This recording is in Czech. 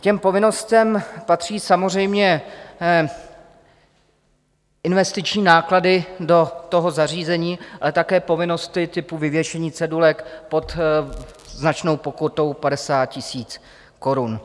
K těm povinnostem patří samozřejmě investiční náklady do toho zařízení, ale také povinnosti typu vyvěšení cedulek pod značnou pokutou 50 000 korun.